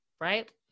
right